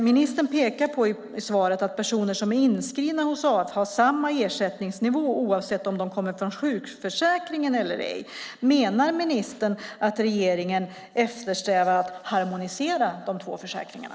Ministern pekar i svaret på att personer som är inskrivna hos AF har samma ersättningsnivå oavsett om de kommer från sjukförsäkringen eller ej. Menar ministern att regeringen eftersträvar att harmonisera de två försäkringarna?